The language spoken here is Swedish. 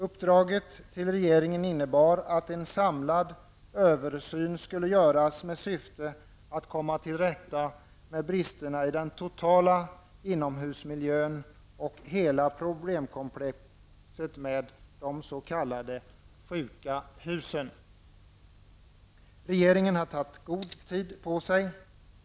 Uppdraget till regeringen innebar att en samlad översyn skulle göras med syfte att komma till rätta med bristerna i den totala inomhusmiljön och hela problemkomplexet med de s.k. sjuka husen. Regeringen har tagit god tid på sig.